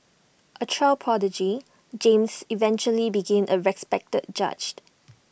A child prodigy James eventually became A respected judge